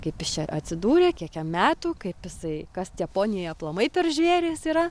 kaip jis čia atsidūrė kiek jam metų kaip jisai kas tie poniai aplamai per žvėrys yra